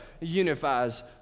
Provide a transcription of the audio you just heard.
unifies